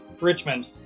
Richmond